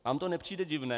Vám to nepřijde divné?